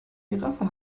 giraffe